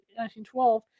1912